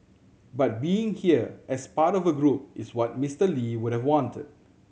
but being here as part of a group is what Miser Lee would've wanted